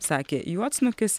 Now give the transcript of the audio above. sakė juodsnukis